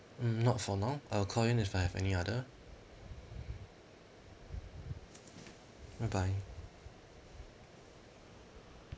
mm not for now I'll call in if I have any other bye bye